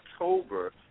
October